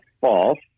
false